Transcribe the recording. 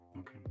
Okay